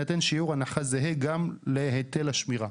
יינתן שיעור הנחה זהה גם להיטל השמירה,